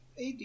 AD